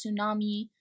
tsunami